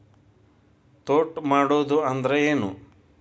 ತೋಟ ಮಾಡುದು ಅಂದ್ರ ಏನ್?